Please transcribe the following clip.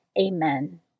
Amen